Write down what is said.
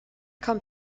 come